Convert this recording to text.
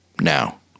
Now